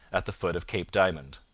at the foot of cape diamond.